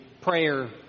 prayer